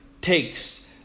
takes